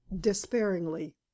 despairingly